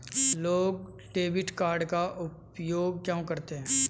लोग debit card का उपयोग क्यों करते हैं?